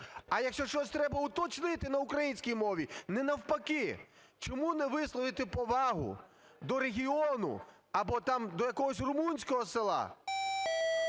а якщо щось треба уточнити – на українській мові? Не навпаки. Чому не висловити повагу до регіону або там до якогось румунського села,